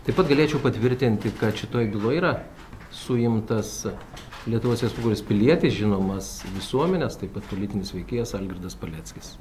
taip pat galėčiau patvirtinti kad šitoj byloje yra suimtas lietuvos respublikos pilietis žinomas visuomenės taip pat politinis veikėjas algirdas paleckis